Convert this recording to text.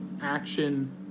Action